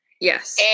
Yes